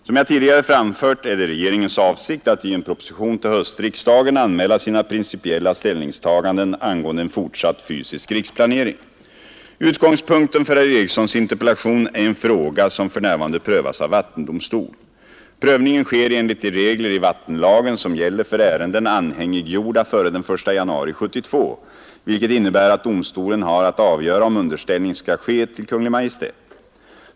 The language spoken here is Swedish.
Som jag tidigare framfört är det regeringens avsikt att i en proposition till höstriksdagen anmäla sina principiella ställningstaganden angående en fortsatt fysisk riksplanering. Utgångspunkten för herr Erikssons interpellation är en fråga som för närvarande prövas av vattendomstol. Prövningen sker enligt de regler i vattenlagen som gäller för ärenden anhängiggjorda före den 1 januari 1972, vilket innebär att domstolen har att avgöra om underställning skall ske till Kungl. Maj:t.